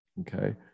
okay